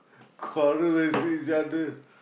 quarrel when see each other